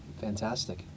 Fantastic